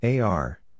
AR